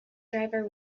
driver